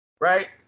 right